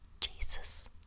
Jesus